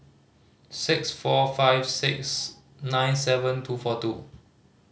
six four five six nine seven two four two